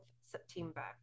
September